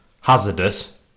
hazardous